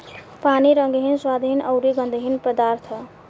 पानी रंगहीन, स्वादहीन अउरी गंधहीन पदार्थ ह